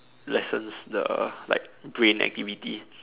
lessens the like brain activity